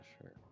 sure